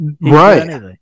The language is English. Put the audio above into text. right